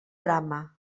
drama